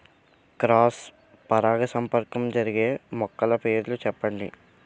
Cross పరాగసంపర్కం జరిగే మొక్కల పేర్లు చెప్పండి?